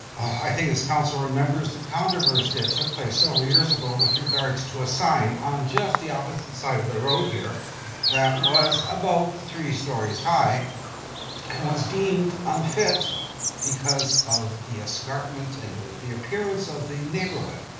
i think this council remembers the controversy that took place so several years ago with regards to a sign on just the opposite side of the road here that was about three stories high and was deemed unfit because of the escarpment and the appearance of the neighborhood.